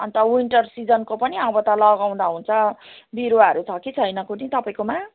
अन्त विन्टर सिजनको पनि अब त लगाउँदा हुन्छ बिरुवाहरू छ कि छैन कुन्नि तपाईँकोमा